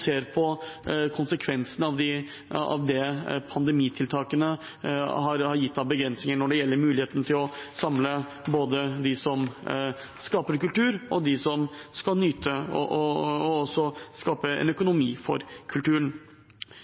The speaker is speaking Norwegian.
ser på konsekvensene av det pandemitiltakene har gitt av begrensninger når det gjelder muligheten til å samle både dem som skaper kultur og dem som skal nyte og også skape en økonomi for kulturen.